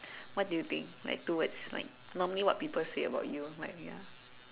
what do you think like two words like normally what people say about you like ya